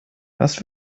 was